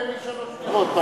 ואין לי שלוש דירות.